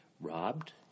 robbed